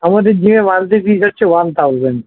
আমাদের জিমে monthly fees হচ্ছে ওয়ান থাউজেন্ড